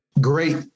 great